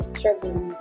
struggling